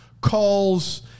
calls